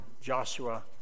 Joshua